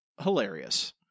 Hilarious